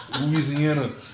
Louisiana